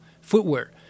footwear